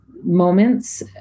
moments